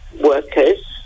workers